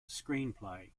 screenplay